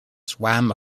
swam